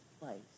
place